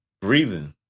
breathing